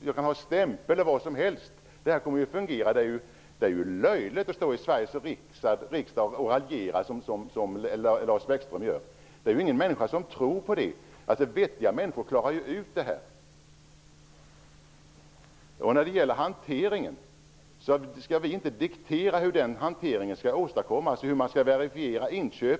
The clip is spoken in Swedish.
likvid på annat sätt. Det kommer att fungera. Det är löjligt att i Sveriges riksdag propagera på det sätt som Lars Bäckström gör. Det är ingen som tror på det som han säger. Vettiga människor klarar ut det här. Vi skall vidare inte diktera hur hanteringen skall utformas och hur inköpen skall verifieras.